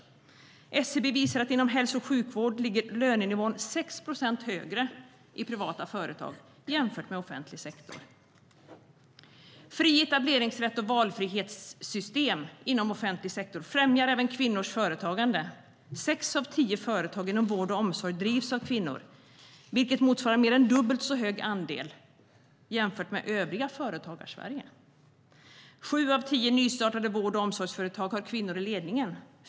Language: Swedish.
SCB visar att inom hälso och sjukvård ligger lönenivån 6 procent högre i privata företag än i offentlig sektor. Fri etableringsrätt och valfrihetssystem inom offentlig sektor främjar även kvinnors företagande. Sex av tio företag inom vård och omsorg drivs av kvinnor, vilket är en mer än dubbelt så hög andel jämfört med övriga Företagarsverige. Sju av tio nystartade vård och omsorgsföretag har kvinnor i ledningen.